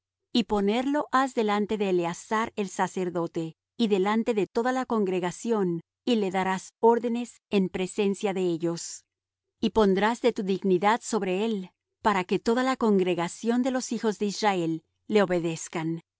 y ponerlo has delante de eleazar el sacerdote y delante de toda la congregación y le darás órdenes en presencia de ellos y pondrás de tu dignidad sobre él para que toda la congregación de los hijos de israel le